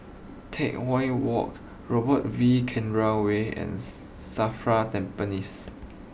Teck Whye walk Robert V Chandran way and Safra Tampines